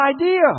idea